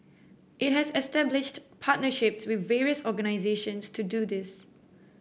it has established partnerships with various organisations to do this